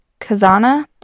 Kazana